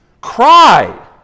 cry